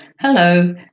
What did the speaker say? Hello